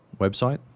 website